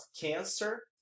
Cancer